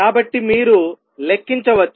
కాబట్టి మీరు లెక్కించవచ్చు